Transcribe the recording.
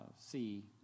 see